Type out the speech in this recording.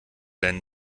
deinen